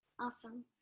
Awesome